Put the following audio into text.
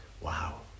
Wow